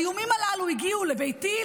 האיומים הללו הגיעו לביתי,